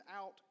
out